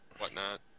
whatnot